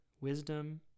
wisdom